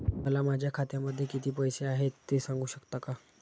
मला माझ्या खात्यामध्ये किती पैसे आहेत ते सांगू शकता का?